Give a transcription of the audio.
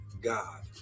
God